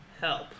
help